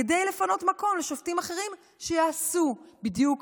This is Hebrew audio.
כדי לפנות מקום לשופטים אחרים שיעשו בדיוק